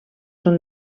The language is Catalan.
són